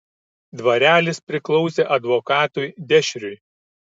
dvarelis priklausė advokatui dešriui